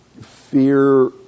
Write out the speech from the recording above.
fear